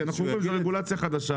כי אנחנו הולכים לרגולציה חדשה,